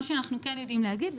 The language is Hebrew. אנחנו כן יודעים להגיד,